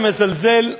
ומזלזל,